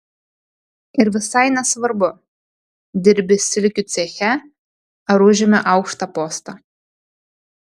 ir visai nesvarbu dirbi silkių ceche ar užimi aukštą postą